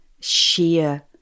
sheer